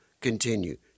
continue